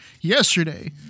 Yesterday